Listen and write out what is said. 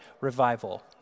revival